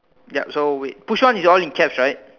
ya so wait push on is all in caps right